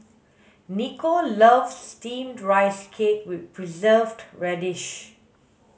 Niko loves steamed rice cake with preserved radish